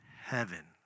heaven